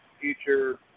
future